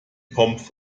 pommes